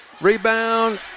Rebound